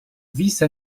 vice